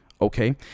okay